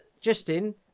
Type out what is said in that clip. Justin